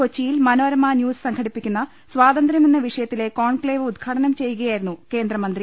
കൊച്ചിയിൽ മനോരമ ന്യൂസ് സംഘടിപ്പിക്കുന്ന സ്വാതന്ത്ര്യം എന്ന വിഷയത്തിലെ കോൺക്ലേവ് ഉദ്ദ്ഘാടനം ചെയ്യു കയായിരുന്നു കേന്ദ്രമന്ത്രി